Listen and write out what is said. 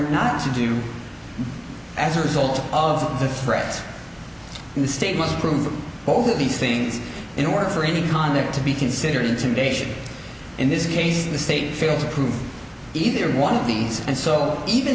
not to do as a result of the frets and the state must prove both of these things in order for any conduct to be considered intimidation in this case the state failed to prove either one of these and so even